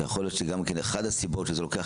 ויכול להיות שגם אחת הסיבות שזה לוקח